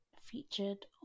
featured